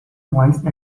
once